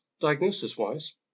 Diagnosis-wise